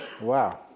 Wow